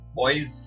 boy's